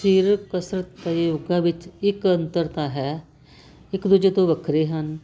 ਸਰੀਰਕ ਕਸਰਤ ਅਤੇ ਯੋਗਾ ਵਿੱਚ ਇੱਕ ਅੰਤਰ ਤਾਂ ਹੈ ਇੱਕ ਦੂਜੇ ਤੋਂ ਵੱਖਰੇ ਹਨ